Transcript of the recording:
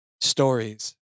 stories